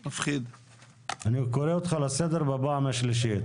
אני קורא לך לסדר בפעם השלישית, תצא מהאולם.